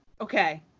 okay